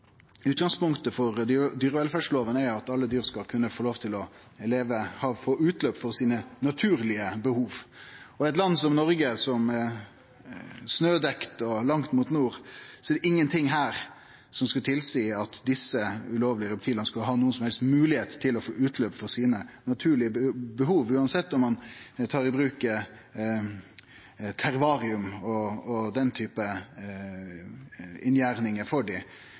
Utgangspunktet for dyrevelferdsloven er at alle dyr skal kunne få lov til å få utløp for sine naturlege behov. Og det er ingenting i eit land som Noreg, snødekt og langt mot nord, som tilseier at desse ulovlege reptila har nokon som helst moglegheit til å få utløp for sine naturlege behov, sjølv om ein tek i bruk terrarium og den typen inngjerdingar for dei.